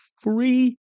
free